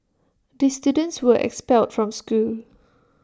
the students were expelled from school